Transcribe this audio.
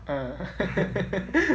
mm